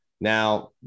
now